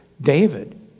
David